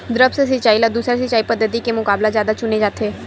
द्रप्स सिंचाई ला दूसर सिंचाई पद्धिति के मुकाबला जादा चुने जाथे